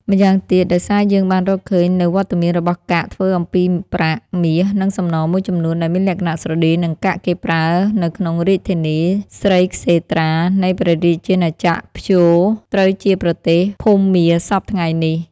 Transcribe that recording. ម្យ៉ាងទៀត ដោយសារយើងបានរកឃើញនូវវត្តមានរបស់កាក់ ធ្វើអំពីប្រាក់ មាស និង សំណមួយចំនួន ដែលមានលក្ខណៈស្រដៀងនឹងកាក់គេប្រើនៅក្នុងរាជធានី ស្រីក្សេត្រា នៃព្រះរាជាណាចក្រ ព្យូ ត្រូវជាប្រទេសភូមាសព្វថ្ងៃនេះ ។